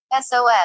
sos